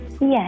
Yes